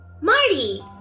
Marty